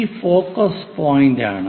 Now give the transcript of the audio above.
ഇത് ഫോക്കസ് പോയിന്റാണ്